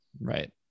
Right